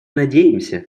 надеемся